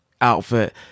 outfit